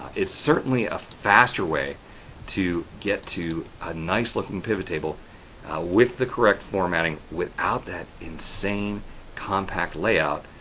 it's certainly a faster way to get to a nice-looking pivot table with the correct formatting, without that insane compact layout.